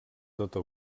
tota